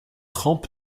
rampe